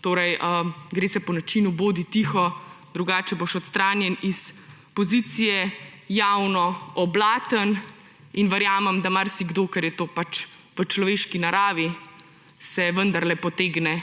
Torej gre se po načinu – bodi tiho, drugače boš odstranjen iz pozicije, javno oblaten. In verjamem, da marsikdo, ker je to pač v človeški naravi, se vendarle potegne